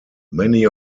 many